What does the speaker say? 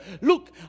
Look